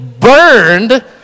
burned